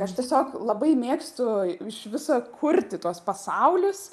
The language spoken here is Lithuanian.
aš tiesiog labai mėgstu iš viso kurti tuos pasaulius